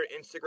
Instagram